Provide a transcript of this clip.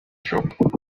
shop